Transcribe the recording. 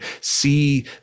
See